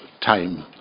time